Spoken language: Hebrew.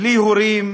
בלי הורים,